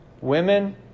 Women